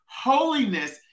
holiness